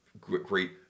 great